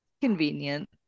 convenient